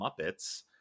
Muppets